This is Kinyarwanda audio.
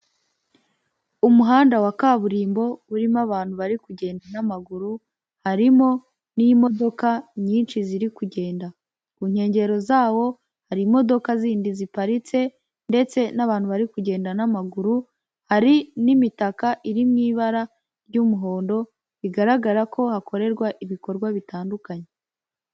umuhanda wa kaburimbo urimo abantu bari kugenda n'amaguru harimo n'imodoka nyinshi ziri kugenda ku nkengero zawo hari imodoka zindi ziparitse ndetse n'abantu bari kugenda n'amaguru hari n'imitaka iriw'i ibara ry'umuhondo rigaragara ko hakorerwa ibikorwa bitandukanye Umuhanda wa kaburimbo urimo abantu bari kugenda n'amaguru, harimo n'imodoka byinshi ziri kugenda, ku nkengero zawo hari imodoka ziparitse ndetse n'abantu bari kugenda n'amaguru, hari n'imitaka iriho ibara ry'umuhondo rigaragara ko hakorerwaho ibikorwa bitandukanye.